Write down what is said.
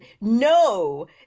no